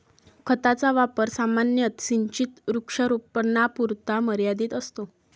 खताचा वापर सामान्यतः सिंचित वृक्षारोपणापुरता मर्यादित असतो